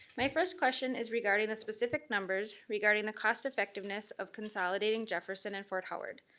my first question is regarding the specific numbers, regarding the cost effectiveness of consolidating jefferson and for howard.